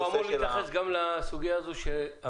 הוא אמור להתייחס גם לסוגיה הזו שהמדינה